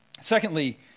Secondly